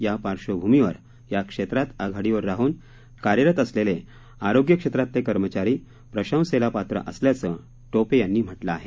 या पार्श्वभूमीवर या क्षेत्रात आघाडीवर राहुन कार्यरत असलेले आरोग्य क्षेत्रातले कर्मचारी प्रशंसेला पात्र असल्याचं टोपे यांनी म्हटलं आहे